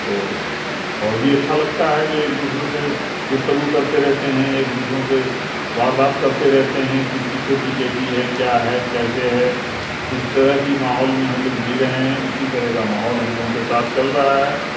تو اور بھی اچھا لگتا ہے جو ایک دوسروں سے گفتگو کرتے رہتے ہیں ایک دوسروں سے واردات کرتے رہتے ہیں کس کی کھیتی کیسی ہے کیا ہے کیسے ہے اس طرح کی ماحول میں ہم لوگ جی رہے ہیں اسی طرح کا ماحول ہم لوگوں کے ساتھ چل رہا ہے